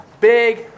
big